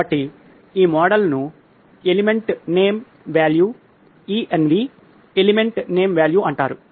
కాబట్టి ఈ మోడల్ను element name value ENV Element Name Value - ENV element name value అంటారు